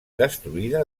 destruïda